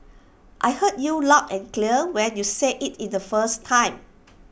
I heard you loud and clear when you said IT in the first time